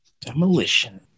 Demolition